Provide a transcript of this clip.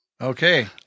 Okay